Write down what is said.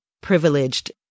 privileged